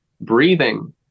breathing